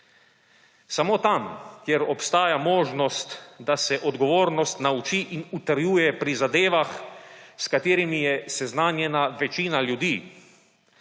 Samo tam, kjer obstaja možnost, da se odgovornost nauči in utrjuje pri zadevah, s katerimi je seznanjena večina ljudi,